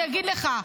אני אגיד לך,